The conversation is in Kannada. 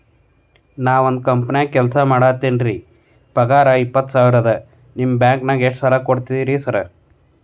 ನಾನ ಒಂದ್ ಕಂಪನ್ಯಾಗ ಕೆಲ್ಸ ಮಾಡಾಕತೇನಿರಿ ಪಗಾರ ಇಪ್ಪತ್ತ ಸಾವಿರ ಅದಾ ನಿಮ್ಮ ಬ್ಯಾಂಕಿನಾಗ ಎಷ್ಟ ಸಾಲ ಕೊಡ್ತೇರಿ ಸಾರ್?